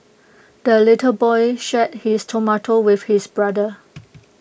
the little boy shared his tomato with his brother